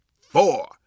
four